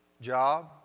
job